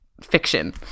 fiction